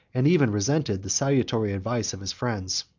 and even resented, the salutary advice of his friends.